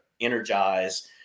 energize